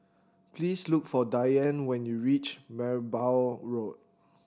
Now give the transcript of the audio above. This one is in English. please look for Diane when you reach Merbau Road